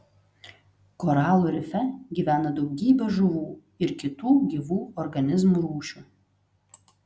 koralų rife gyvena daugybė žuvų ir kitų gyvų organizmų rūšių